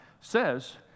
says